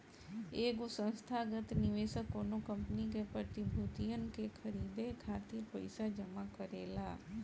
एगो संस्थागत निवेशक कौनो कंपनी के प्रतिभूतियन के खरीदे खातिर पईसा जमा करेला